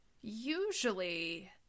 Usually